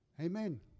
amen